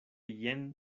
jen